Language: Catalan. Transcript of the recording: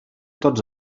tots